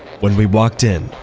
when we walked in,